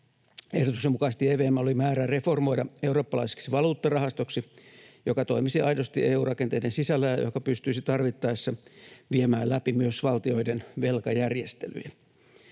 Ehdotuksen mukaisesti EVM oli määrä reformoida eurooppalaiseksi valuuttarahastoksi, joka toimisi aidosti EU-rakenteiden sisällä ja joka pystyisi tarvittaessa viemään läpi myös valtioiden velkajärjestelyjä.